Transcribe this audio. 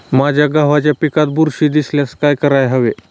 माझ्या गव्हाच्या पिकात बुरशी दिसल्यास काय करायला हवे?